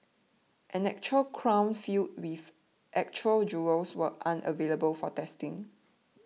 an actual crown filled with actual jewels were unavailable for testing